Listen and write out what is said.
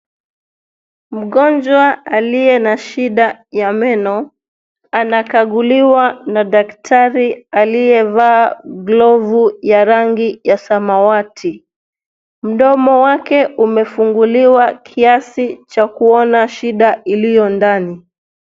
Mgonjwa aliye na shida ya meno anakaguliwa na daktari aliyevaa glovu ya rangi ya samawati, mdomo wake umefunguliwa kiasi cha kuona shida iliyo ndani.